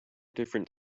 different